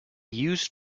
used